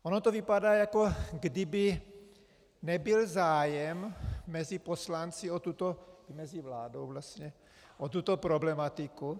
Ono to vypadá, jako by nebyl zájem mezi poslanci i mezi vládou vlastně o tuto problematiku.